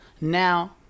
now